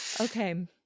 Okay